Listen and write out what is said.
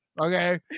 okay